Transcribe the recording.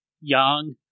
young